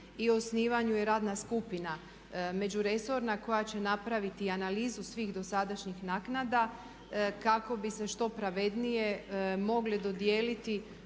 u osnivanju je radna skupina međuresorna koja će napraviti analizu svih dosadašnjih naknada kako bi se što pravednije mogli dodijeliti